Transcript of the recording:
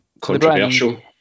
Controversial